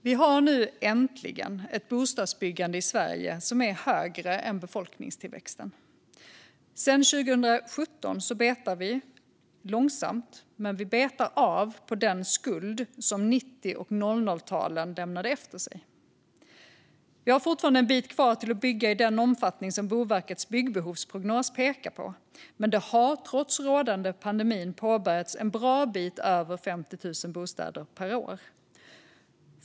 Vi har nu äntligen i Sverige ett bostadsbyggande som är högre än befolkningstillväxten. Sedan 2017 betar vi - om än långsamt - av den skuld som 90 och 00-talen lämnade efter sig. Vi har fortfarande en bit kvar till att bygga i den omfattning som Boverkets byggbehovsprognos pekar på, men det har trots den rådande pandemin påbörjats en bra bit över 50 000 bostäder per år.